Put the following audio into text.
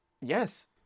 Yes